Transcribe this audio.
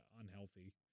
unhealthy